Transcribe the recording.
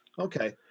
Okay